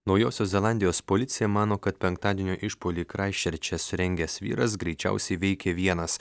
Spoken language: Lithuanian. naujosios zelandijos policija mano kad penktadienio išpuolį kraisčerče surengęs vyras greičiausiai veikė vienas